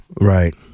right